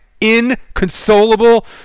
inconsolable